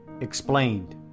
Explained